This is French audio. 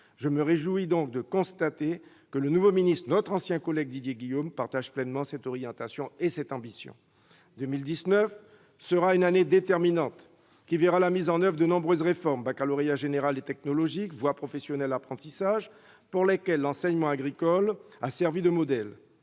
Je me réjouis de constater que le nouveau ministre de l'agriculture, notre ancien collègue Didier Guillaume, partage pleinement cette orientation et cette ambition. L'année 2019 sera déterminante. Elle verra la mise en oeuvre de nombreuses réformes- baccalauréat général et technologique, voie professionnelle, apprentissage -, pour lesquelles l'enseignement agricole a servi de modèle.